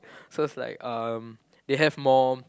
so it's like um they have more